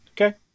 Okay